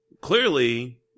clearly